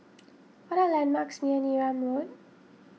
what are the landmarks near Neram Road